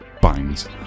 binds